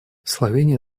словения